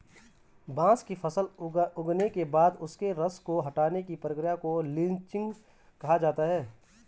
बांस की फसल उगने के बाद उसके रस को हटाने की प्रक्रिया को लीचिंग कहा जाता है